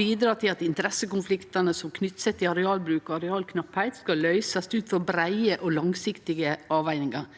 bidra til at interessekonfliktene som knytter seg til arealbruk og arealknapphet kan løses ut fra brede og langsiktige avveininger.